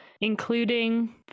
including